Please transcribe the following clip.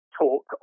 talk